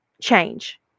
change